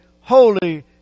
holy